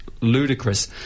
ludicrous